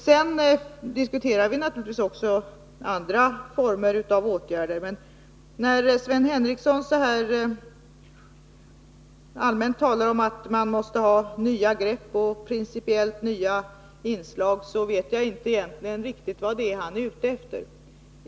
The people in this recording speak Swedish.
Sedan diskuterar vi naturligtvis också andra former av åtgärder, men när Sven Henricsson så här allmänt talar om att man måste ha nya grepp och principiellt nya inslag vet jag inte riktigt vad det egentligen är han är ute efter.